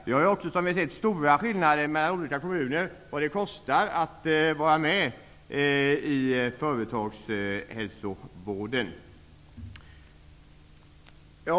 Det finns också stora skillnader i kostnader mellan olika kommuner för att vara med i företagshälsovården.